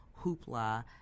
hoopla